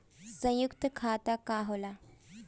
सयुक्त खाता का होला?